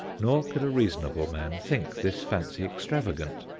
nor could a reasonable man think this fancy extravagant,